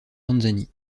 tanzanie